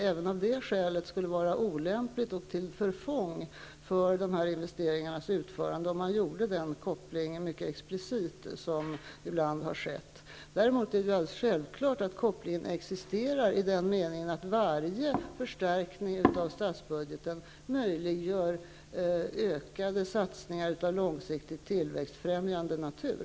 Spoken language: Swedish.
Även av detta skäl skulle det vara olämpligt och till förfång för investeringarnas genomförande om man mycket explicit gjorde denna koppling, vilket ibland har skett. Däremot är det alldeles självklart att kopplingen existerar i den meningen att varje förstärkning av statsbudgeten möjliggör ökade satsningar av långsiktigt tillväxtfrämjande natur.